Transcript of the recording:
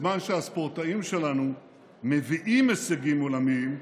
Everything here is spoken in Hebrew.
בזמן שהספורטאים שלנו מביאים הישגים עולמיים,